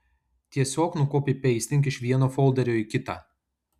tiesiog nukopipeistink iš vieno folderio į kitą